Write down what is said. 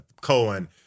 Cohen